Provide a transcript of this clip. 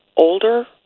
older